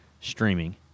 streaming